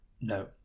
No